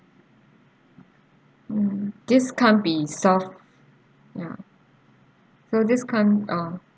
mm this can't be solved ya so this can't uh